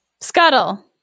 Scuttle